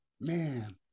Man